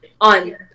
On